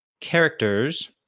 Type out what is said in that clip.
Characters